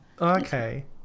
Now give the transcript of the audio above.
okay